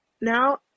now